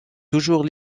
toujours